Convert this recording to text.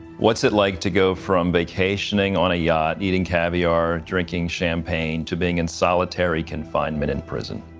what's it like to go from vacationing on a yacht, eating caviar, drinking champagne, to being in solitary confinement in prison?